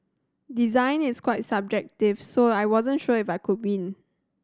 design is quite subjective so I wasn't sure if I could win